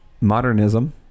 modernism